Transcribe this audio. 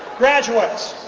graduates